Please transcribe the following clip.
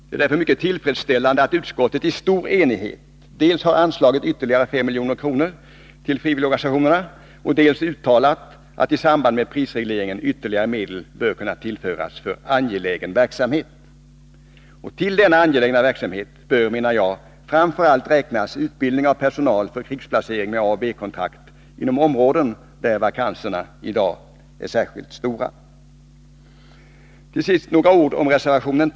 Det är därför tillfredsställande att utskottet i stor enighet dels föreslagit ytterligare 5 milj.kr. till frivilligorganisationerna, dels uttalat att i samband med prisregleringen ytterligare medel bör kunna tillföras för angelägen verksamhet. Till denna angelägna verksamhet bör, menar jag, framför allt räknas utbildning av personal för krigsplacering med A och B-kontrakt inom områden där vakanserna i dag är särskilt stora. Till sist några ord om reservation 11.